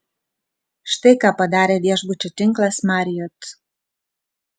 štai ką padarė viešbučių tinklas marriott